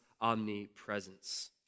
omnipresence